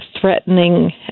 threatening